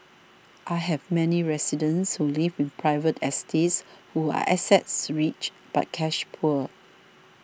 I have many residents who live in private estates who are assets rich but cash poor